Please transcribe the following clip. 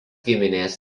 giminės